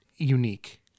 unique